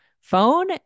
phone